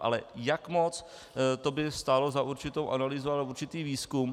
Ale jak moc, to by stálo za určitou analýzu a určitý výzkum.